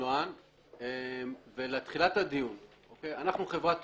אנחנו חברת תעופה,